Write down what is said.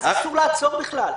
אז אסור לעצור בכלל.